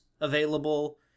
available